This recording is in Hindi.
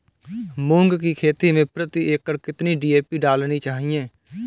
मूंग की खेती में प्रति एकड़ कितनी डी.ए.पी डालनी चाहिए?